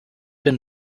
been